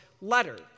letter